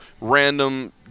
random